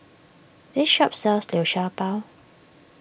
this shop sells Liu Sha Bao